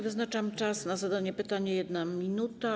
Wyznaczam czas na zadanie pytania - 1 minuta.